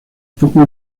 poco